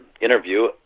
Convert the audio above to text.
interview